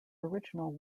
original